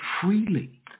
freely